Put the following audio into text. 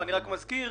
אני רק מזכיר